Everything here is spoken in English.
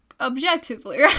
objectively